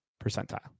percentile